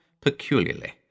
peculiarly